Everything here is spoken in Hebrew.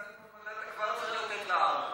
אתה כבר צריך לתת לה ארבע.